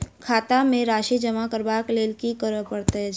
खाता मे राशि जमा करबाक लेल की करै पड़तै अछि?